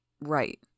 Right